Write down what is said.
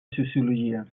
sociologia